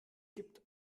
gibt